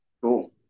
cool